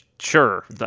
sure